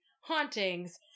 hauntings